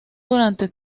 durante